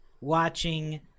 watching